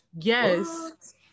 Yes